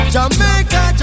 Jamaica